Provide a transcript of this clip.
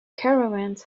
caravans